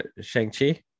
Shang-Chi